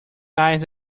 eyes